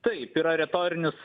taip yra retorinis